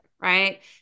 right